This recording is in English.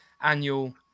annual